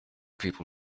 people